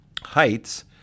heights